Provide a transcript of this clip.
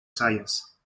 science